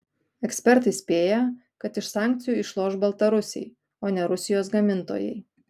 ekspertai spėja kad iš sankcijų išloš baltarusiai o ne rusijos gamintojai